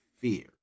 fear